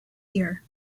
year